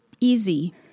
easy